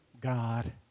God